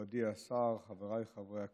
מכובדי השר, חבריי חברי הכנסת,